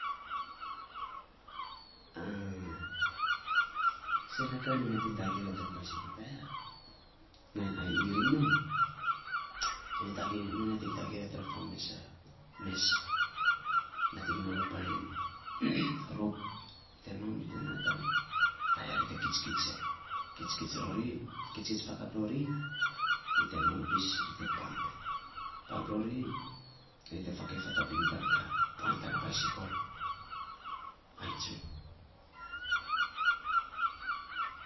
sen na kaa nyo nating tagei rou ya tan baisi kol tayaa, nainy ai iring non. Non tagei nyo nating rou ya tan fo mesa mes nating nom ror painy rop ri te naa tan tayaa ari te kitskits ya. Kits rori, kitskits fakap rori, ri te nom pis ri te pam ya, pamp rori, fakei fatabin pis ya tan na baisikol, ai tsun.